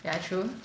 ya true